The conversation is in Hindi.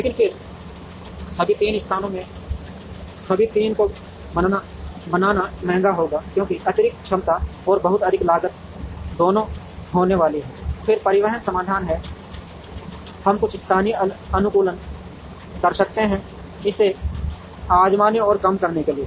लेकिन फिर सभी 3 स्थानों में सभी 3 को बनाना महंगा होगा क्योंकि अतिरिक्त क्षमता और बहुत अधिक लागत दोनों होने वाली है फिर परिवहन समाधान से हम कुछ स्थानीय अनुकूलन कर सकते हैं इसे आज़माने और कम करने के लिए